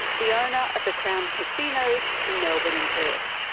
the owner of the crown casinos in melbourne and perth.